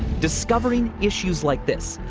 discovering issues like this,